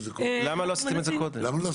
למה לא עשיתם את זה קודם?